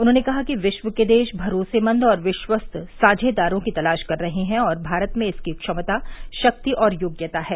उन्होंने कहा कि विश्व के देश भरोसेमद और विश्वस्त साझेदारों की तलाश कर रहे हैं और भारत में इसकी क्षमता शक्ति और योग्यता है